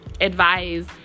advise